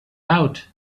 out